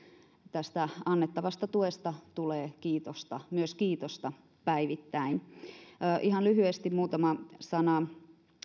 tästä annettavasta tuesta tulee myös kiitosta päivittäin ihan lyhyesti muutama sana